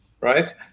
right